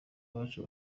bacu